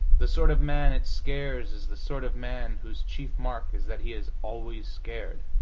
the sort of man it scares is the sort of man whose chief mark is that he is always scared.